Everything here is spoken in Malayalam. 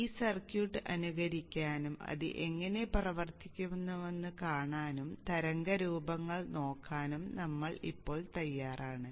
ഈ സർക്യൂട്ട് അനുകരിക്കാനും അത് എങ്ങനെ പ്രവർത്തിക്കുന്നുവെന്ന് കാണാനും തരംഗരൂപങ്ങൾ നോക്കാനും നമ്മൾ ഇപ്പോൾ തയ്യാറാണ്